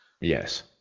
Yes